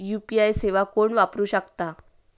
UPI सेवा कोण वापरू शकता?